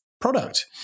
product